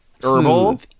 herbal